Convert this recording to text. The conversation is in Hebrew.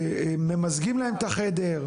ממזגים להם את החדר.